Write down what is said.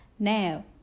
Now